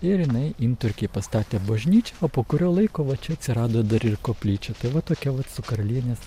ir jinai inturkėj pastatė bažnyčią o po kurio laiko va čia atsirado dar ir koplyčia tai va tokia vat su karalienės